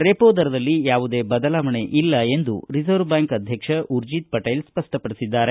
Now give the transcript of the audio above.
repo ದರದಲ್ಲಿ ಯಾವುದೇ ಬದಲಾವಣೆ ಇಲ್ಲ ಎಂದು ರಿಸರ್ವ್ಬ್ಯಾಂಕ್ ಅಧ್ಯಕ್ಷ ಊರ್ಜಿತ್ಪಟೇಲ್ ಸ್ಪಪ್ಪಪಡಿಸಿದ್ದಾರೆ